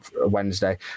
Wednesday